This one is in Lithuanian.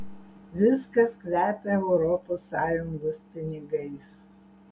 viskas kvepia europos sąjungos pinigais